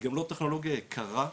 גם לא טכנולוגיה יקרה.